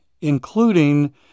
including